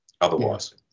otherwise